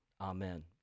Amen